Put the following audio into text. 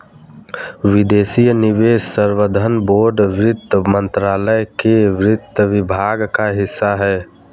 विदेशी निवेश संवर्धन बोर्ड वित्त मंत्रालय के वित्त विभाग का हिस्सा है